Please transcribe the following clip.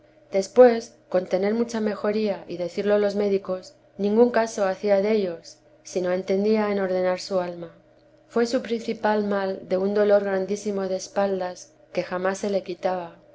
después con tener mucha mejoría y decirlo los médicos ningún caso hacía dellos sino entendía en ordenar su alma fué su principal mal de un dolor grandísimo de espaldas que jamás se le quitaba